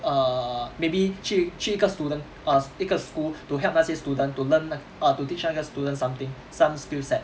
err maybe 去去一个 student err 一个 school to help 那些 student to learn err to teach 那个 student something some skill set